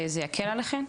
זה יקל עליכם?